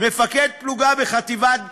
מפקד פלוגה בחטיבת כפיר,